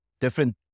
different